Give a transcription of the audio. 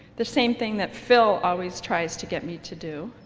the same thing that phil always tries to get me to do,